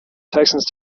texans